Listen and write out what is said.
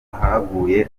haguye